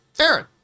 Aaron